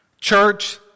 Church